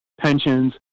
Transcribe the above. pensions